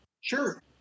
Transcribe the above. Sure